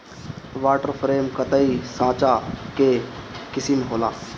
water frame कताई साँचा कअ किसिम होला